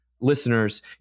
listeners